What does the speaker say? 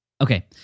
Okay